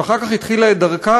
ואחר כך התחילה את דרכה,